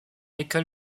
école